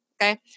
okay